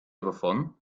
wovon